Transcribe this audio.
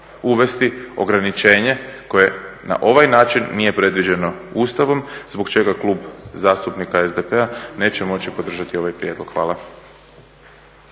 uvesti ograničenje koje na ovaj način nije predviđeno Ustavom, zbog čega Klub zastupnika SDP-a neće moći podržati ovaj prijedlog. Hvala.